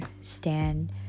stand